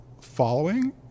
following